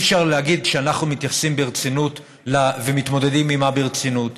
אי-אפשר להגיד שאנחנו מתייחסים אליה ברצינות ומתמודדים עימה ברצינות.